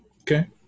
Okay